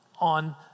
on